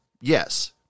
yes